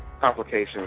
complications